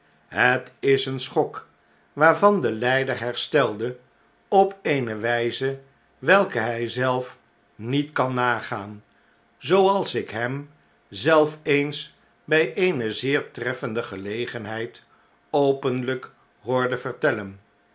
het is een schok waarvan de ljjder herstelde op eene wpe welken hy zelf niet kan nagaan zooals ik hem zelf eens by eene zeer treffende gelegenheid openly k hoorde vertellen